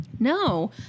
No